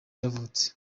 yavutse